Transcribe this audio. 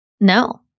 No